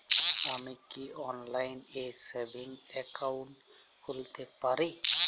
আমি কি অনলাইন এ সেভিংস অ্যাকাউন্ট খুলতে পারি?